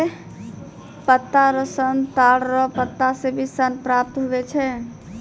पत्ता रो सन ताड़ रो पत्ता से भी सन प्राप्त हुवै छै